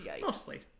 mostly